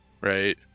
right